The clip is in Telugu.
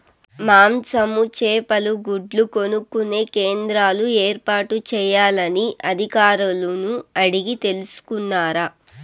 మాంసము, చేపలు, గుడ్లు కొనుక్కొనే కేంద్రాలు ఏర్పాటు చేయాలని అధికారులను అడిగి తెలుసుకున్నారా?